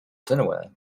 dinnerware